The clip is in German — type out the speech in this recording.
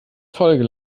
folge